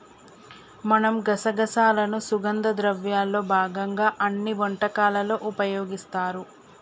మనం గసగసాలను సుగంధ ద్రవ్యాల్లో భాగంగా అన్ని వంటకాలలో ఉపయోగిస్తారు